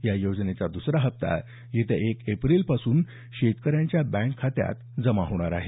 या योजनेचा दुसरा हप्ता येत्या एक एप्रिलपासून शेतकऱ्यांच्या बँक खात्यात जमा होणार आहे